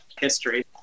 history